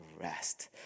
rest